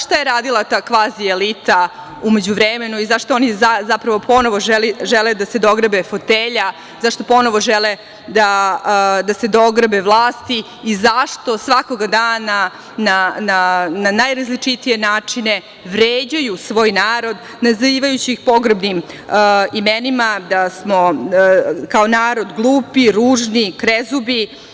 Šta je radila ta kvazi elita u međuvremenu i zašto oni zapravo ponovo žele da se dograbe fotelja, zašto ponovo žele da dograbe vlasti i zašto svakoga dana na najrazličitije načine vređaju svoj narod, nazivajući ih pogrdnim imenima da smo kao narod, glupi, ružni, krezubi.